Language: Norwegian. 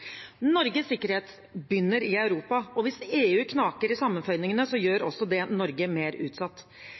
Norges sikkerhet begynner i Europa. Hvis EU knaker i sammenføyningene, gjør det også Norge mer utsatt.